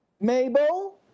Mabel